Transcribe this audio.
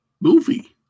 movie